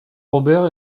robert